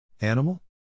Animal